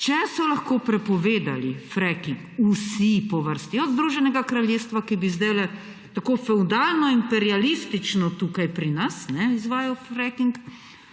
če so lahko prepovedali fracking vsi po vrsti, od Združenega kraljestva, ki bi zdajle tako fevdalno-imperialistično tukaj pri nas izvajal fracking,